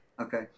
Okay